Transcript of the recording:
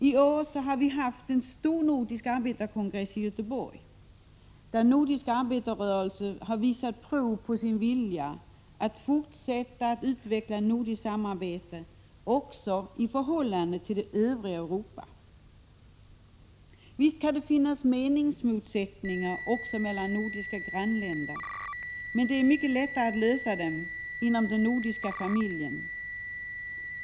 I år har vi haft en stor nordisk arbetarkongress i Göteborg, där nordisk arbetarrörelse har visat prov på sin vilja att fortsätta att utveckla nordiskt samarbete också i förhållande till det övriga Europa. Visst kan det finnas meningsmotsättningar också mellan nordiska grannländer, men det är mycket lättare att lösa dem inom den nordiska familjen.